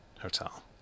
Hotel